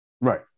Right